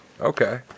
Okay